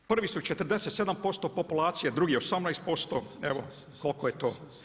Prvih su 47% populacije, drugi 18% evo koliko je to.